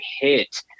hit